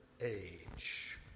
age